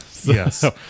Yes